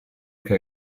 che